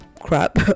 crap